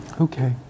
Okay